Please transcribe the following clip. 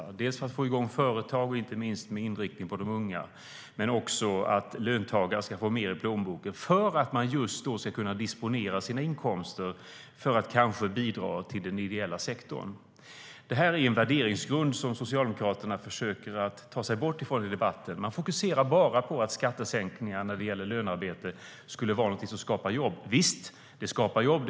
Det är dels för att få igång företag, inte minst med inriktning på de unga, dels för att löntagare ska få mer i plånboken att disponera, kanske för att bidra till den ideella sektorn. Det här är en värderingsgrund som Socialdemokraterna försöker att ta sig bort ifrån i debatten. Man fokuserar bara på att skattesänkningar när det gäller lönearbete skulle vara någonting som skapar jobb. Visst, det skapar jobb.